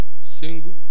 Single